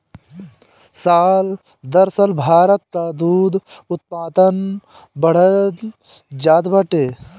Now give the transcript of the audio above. साल दर साल भारत कअ दूध उत्पादन बढ़ल जात बाटे